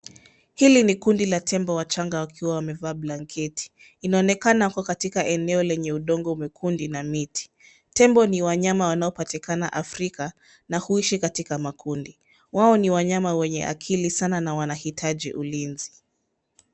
Hili ni kundi la tembo wachanga wakiwa wamevaa blanketi. Inaonekana wapo katika eneo lenye udongo mwekundu na miti. Tembo ni wanyama wanaopatikana Afrika na huishi katika makundi. Wao ni wanyama wenye akili sana na wanahitaji ulinzi.